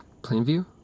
Plainview